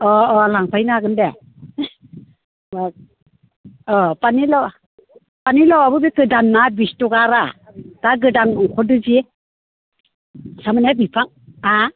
अ अ लांफैनो हागोन दे अ पानिलावाबो बे गोदान ना बिस थाखा रा दा गोदान ओंखारदो जे तारमाने बिफां हा